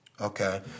Okay